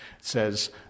says